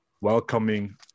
welcoming